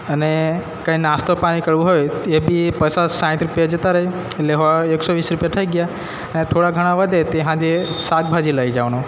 અને કંઈ નાસ્તો પાણી કરવું હોય એ બી પચાસ સાઠ રૂપિયા જતા રહે એટલે હવે એકસોવીસ રૂપિયા થઈ ગયા અને થોડા ઘણા વધે તે સાંજે શાકભાજી લઈ જવાનું